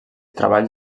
treballs